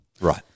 Right